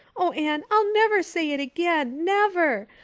oh, anne, i'll never say it again never.